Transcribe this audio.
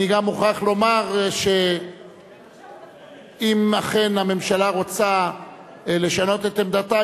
אני גם מוכרח לומר שאם אכן הממשלה רוצה לשנות את עמדתה,